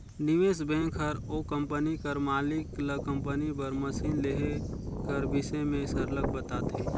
निवेस बेंक हर ओ कंपनी कर मालिक ल कंपनी बर मसीन लेहे कर बिसे में सरलग बताथे